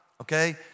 Okay